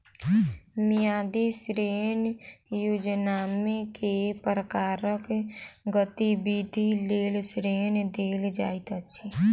मियादी ऋण योजनामे केँ प्रकारक गतिविधि लेल ऋण देल जाइत अछि